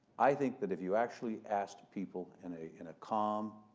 i think that if you actually asked people in a in a calm,